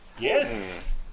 yes